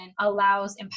allows